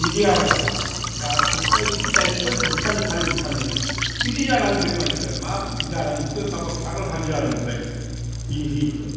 बिदि आर' दा सोरखौबा इसे दाय मोनब्लानो बुथारनो खालि बुथारनो बिदि जालांजोब्बाय मानसिफ्रा मा जालांजोबखो माबा फाग्ला फाग्लि जालांजोब्बाय बिनिसै इसोर